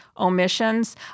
omissions